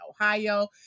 Ohio